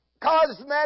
Cosmetic